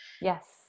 Yes